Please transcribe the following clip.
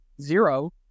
zero